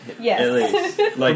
Yes